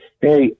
Hey